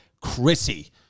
Chrissy